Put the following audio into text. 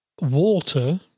water